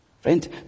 Friend